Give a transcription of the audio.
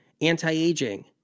Anti-aging